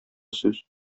сүз